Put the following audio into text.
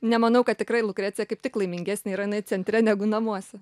nemanau kad tikrai lukrecija kaip tik laimingesnė yra jinai centre negu namuose